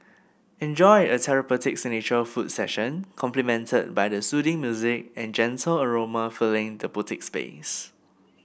enjoy a therapeutic signature foot session complimented by the soothing music and gentle aroma filling the boutique space